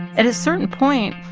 at a certain point,